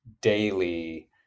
daily